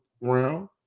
round